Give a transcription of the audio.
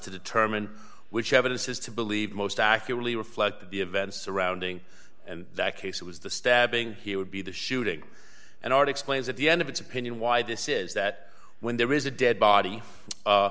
to determine which evidence has to believe most accurately reflect the events surrounding and that case it was the stabbing he would be the shooting and already explained at the end of its opinion why this is that when there is a dead body